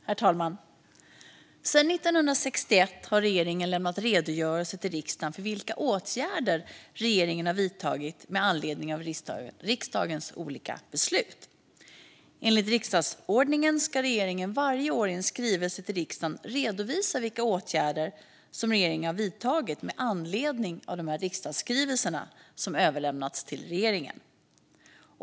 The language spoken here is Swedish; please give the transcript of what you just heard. Herr talman! Sedan 1961 har regeringen lämnat redogörelser till riksdagen för vilka åtgärder regeringen har vidtagit med anledning av riksdagens olika beslut. Enligt riksdagsordningen ska regeringen varje år i en skrivelse till riksdagen redovisa vilka åtgärder regeringen har vidtagit med anledning av de riksdagsskrivelser som överlämnats till regeringen.